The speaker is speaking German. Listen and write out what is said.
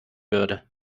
würde